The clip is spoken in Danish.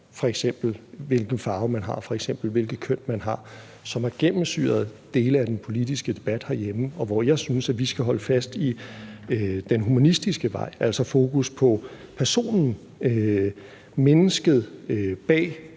til hvilken farve man har eller hvilket køn man har. Det har gennemsyret dele af den politiske debat herhjemme, og jeg synes, at vi skal holde fast i den humanistiske vej, altså holde fokus på personen, mennesket bag